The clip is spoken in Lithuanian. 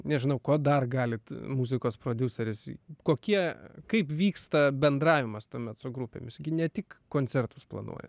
nežinau ko dar galit muzikos prodiuseris kokie kaip vyksta bendravimas tuomet su grupėmis gi ne tik koncertus planuoja